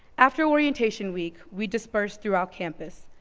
after orientation week we dispersed throughout campus,